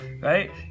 right